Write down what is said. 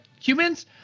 humans